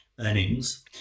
earnings